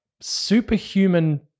superhuman